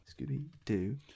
Scooby-Doo